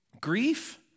Grief